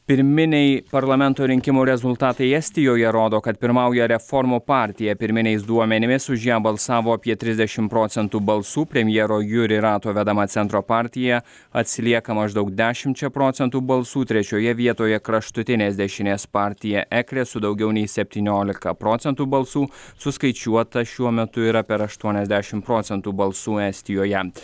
pirminiai parlamento rinkimų rezultatai estijoje rodo kad pirmauja reformų partija pirminiais duomenimis už ją balsavo apie trisdešimt procentų balsų premjero jūri rato vedama centro partija atsilieka maždaug dešimčia procentų balsų trečioje vietoje kraštutinės dešinės partija ekre su daugiau nei septyniolika procentų balsų suskaičiuota šiuo metu yra per aštuoniasdešimt procentų balsų estijoje ant